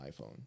iPhone